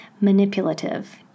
manipulative